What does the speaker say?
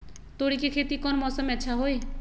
तोड़ी के खेती कौन मौसम में अच्छा होई?